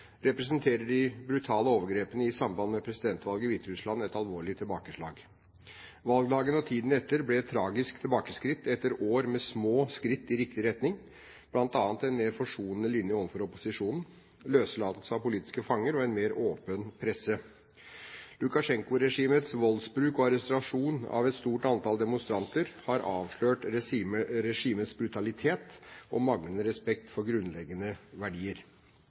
representerer de brutale overgrepene i samband med presidentvalget i Hviterussland et alvorlig tilbakeslag. Valgdagen og tiden etter ble et tragisk tilbakeskritt etter år med små skritt i riktig retning, bl.a. en mer forsonende linje overfor opposisjonen, løslatelse av politiske fanger og en mer åpen presse. Lukasjenko-regimets voldsbruk og arrestasjoner av et stort antall demonstranter har avslørt regimets brutalitet og manglende respekt for grunnleggende verdier.